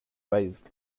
based